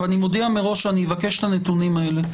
אני מודיע מראש שאני אבקש את הנתונים האלה.